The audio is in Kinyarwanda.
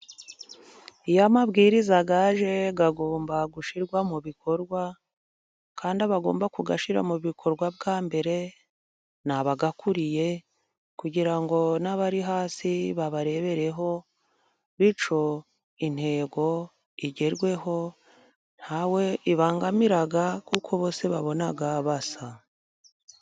Iyo amabwiriza yaje agomba gushyirwa mu bikorwa, kandi abagomba kuyashyira mu bikorwa bwa mbere ni abayakuriye, kugira ngo n'abari hasi babarebereho, bityo intego igerweho ntawe ibangamira, kuko bose babona basa.